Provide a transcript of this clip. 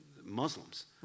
Muslims